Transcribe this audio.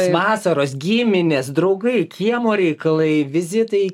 vasaros gimininės draugai kiemo reikalai vizitai į